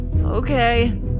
Okay